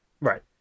Right